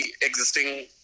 existing